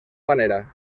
panera